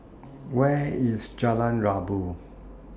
Where IS Jalan Rabu